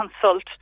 consult